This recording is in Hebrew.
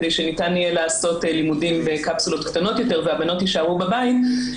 כדי שניתן יהיה לעשות לימודים בקפסולות קטנות יותר והבנות יישארו בבית,